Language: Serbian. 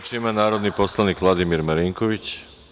Reč ima narodni poslanik Vladimir Marinković.